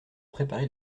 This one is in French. préparer